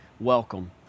Welcome